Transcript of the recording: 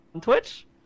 Twitch